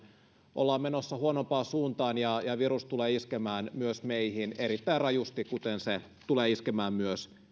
ollaan menossa huonompaan suuntaan ja ja virus tulee iskemään myös meihin erittäin rajusti kuten se tulee iskemään myös